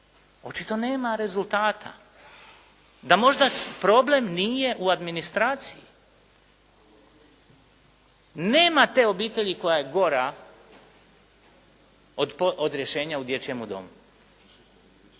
Očito nema rezultata. Da možda problem nije u administraciji. Nema te obitelji koja je gora od rješenja u dječjemu domu.